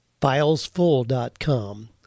Filesfull.com